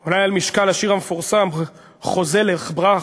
אולי על משקל השיר המפורסם "חוזה, לך ברח"